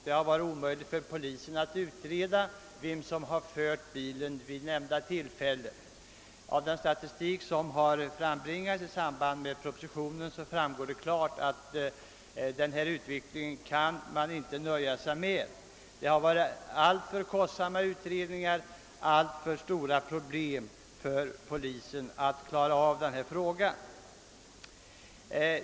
Det har varit omöjligt för polisen att utreda vem som har fört bilen vid nämnda tillfälle. Av den statistik som har sammanställts i samband med. propositionen framgår det tydligt att man inte kan nöja sig med denna utveckling. Det har varit alltför kostsamma utredningar och alltför stora problem för polisen att klara i denna fråga.